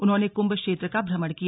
उन्होंने कुंभ क्षेत्र का भ्रमण किया